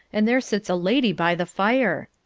and there sits a lady by the fire.